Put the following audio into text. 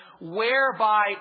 whereby